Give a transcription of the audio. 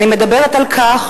אני מדברת על כך,